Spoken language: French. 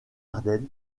ardenne